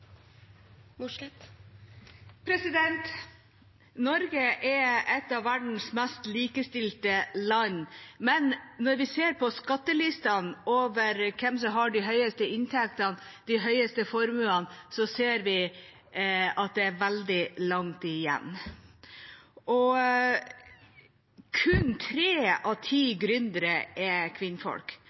Norge er et av verdens mest likestilte land, men når vi ser på skattelistene over hvem som har de høyeste inntektene, de høyeste formuene, ser vi at det er veldig langt igjen. Kun tre av ti gründere er